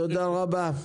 תודה רבה.